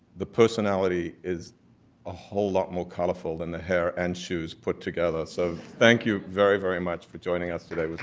the personality is a whole lot more colorful than the hair and shoes put together. so, thank you very, very much for joining us today.